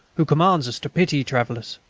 who commands us to pity travellers.